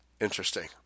interesting